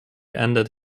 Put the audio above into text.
ended